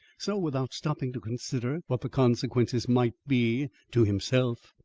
so, without stopping to consider what the consequences might be to himself,